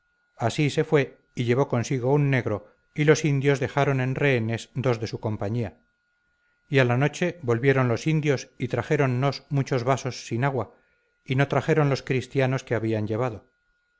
así se fue y llevó consigo un negro y los indios dejaron en rehenes dos de su compañía y a la noche volvieron los indios y trajéronnos muchos vasos sin agua y no trajeron los cristianos que habían llevado